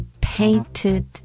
painted